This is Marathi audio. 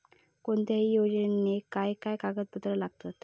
कोणत्याही योजनेक काय काय कागदपत्र लागतत?